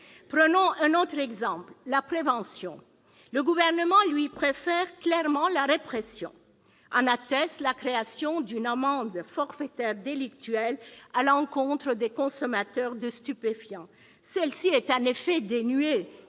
Prenons un autre exemple, celui de la prévention. Le Gouvernement lui préfère clairement la répression. En atteste la création d'une amende forfaitaire délictuelle à l'encontre des consommateurs de stupéfiants. Elle est dénuée